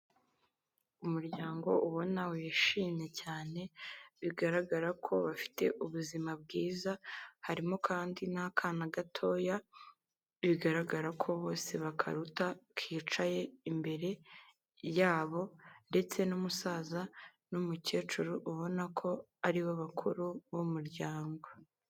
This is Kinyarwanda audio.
Umuryango ubona wishimye cyane bigaragara ko bafite ubuzima bwiza, harimo kandi n'akana gatoya bigaragara ko bose bakaruta kicaye imbere yabo ndetse n'umusaza n'umukecuru ubona ko aribo bakuru b'umuryango.